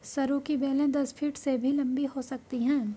सरू की बेलें दस फीट से भी लंबी हो सकती हैं